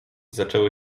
zaczęły